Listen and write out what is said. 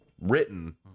written